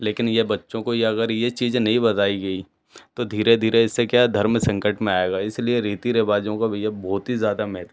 लेकिन ये बच्चों को ये अगर ये चीज़ नई बताई गई तो धीरे धीरे इससे क्या धर्म संकट में आएगा इसलिए रीति रिवाजों का भइया बहुत ही ज़्यादा महत्व है